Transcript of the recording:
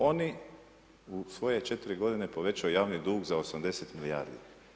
Oni u svoje 4 godine povećao javni dug za 80 milijardi.